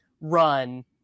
run